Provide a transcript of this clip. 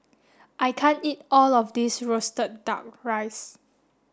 I can't eat all of this roasted duck rice